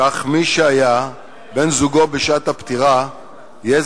וכך מי שהיה בן-זוגו בשעת הפטירה יהיה